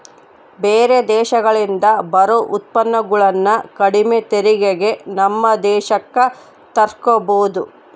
ಬೇರೆ ದೇಶಗಳಿಂದ ಬರೊ ಉತ್ಪನ್ನಗುಳನ್ನ ಕಡಿಮೆ ತೆರಿಗೆಗೆ ನಮ್ಮ ದೇಶಕ್ಕ ತರ್ಸಿಕಬೊದು